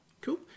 Cool